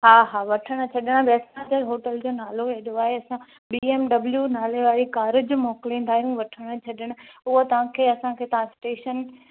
हा हा वठण छॾण बि असांजे होटल जो नालो हेॾो आहे असां बीएमडब्लु नाले वारी कार बि मोकिलींदा आहियूं वठणु छॾणु उहा तव्हांखे असांखे तव्हां स्टेशन